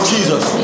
Jesus